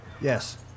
yes